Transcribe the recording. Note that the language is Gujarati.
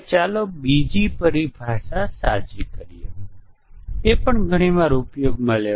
હવે ચાલો નીચેની ઈન્ટીગ્રેશન ટેકનીક જોઈએ